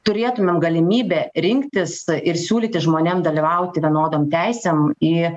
turėtumėm galimybę rinktis ir siūlyti žmonėm dalyvauti vienodom teisėm į